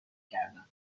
کردن